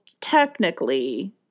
technically